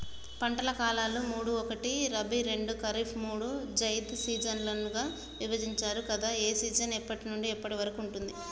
పంటల కాలాలు మూడు ఒకటి రబీ రెండు ఖరీఫ్ మూడు జైద్ సీజన్లుగా విభజించారు కదా ఏ సీజన్ ఎప్పటి నుండి ఎప్పటి వరకు ఉంటుంది?